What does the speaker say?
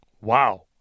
Wow